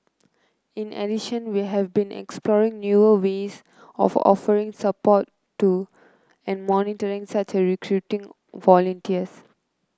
in addition we have been exploring newer ways of offering support to and monitoring such as recruiting volunteers